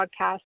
podcast